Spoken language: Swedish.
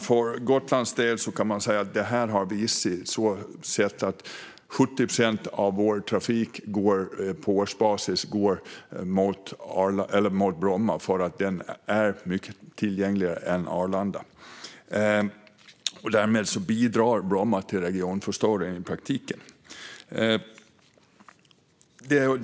För Gotlands del har det visat sig på så sätt att 70 procent av vår trafik på årsbasis går mot Bromma, eftersom den flygplatsen är mycket tillgängligare än Arlanda. Därmed bidrar Bromma i praktiken till regionförstoringen.